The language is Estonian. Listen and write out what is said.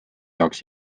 jaoks